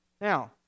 Now